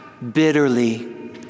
bitterly